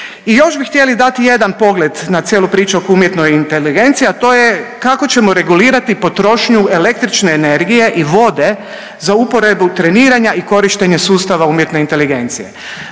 I još bi htjeli dati jedan pogled na cijelu priču oko umjetne inteligencije, a to je kako ćemo regulirati potrošnju električne energije i vode za uporabu treniranja i korištenja sustava umjetne inteligencije?